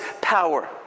power